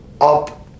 up